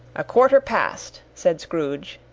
a quarter past, said scrooge,